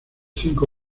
cinco